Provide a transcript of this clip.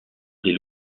des